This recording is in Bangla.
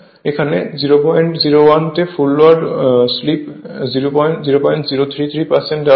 এখানে 001 তে ফুল লোড স্লিপ 0033 দেওয়া হয়